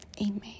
amen